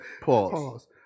Pause